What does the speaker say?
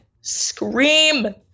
scream